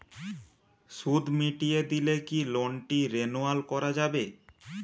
সুদ মিটিয়ে দিলে কি লোনটি রেনুয়াল করাযাবে?